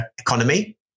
economy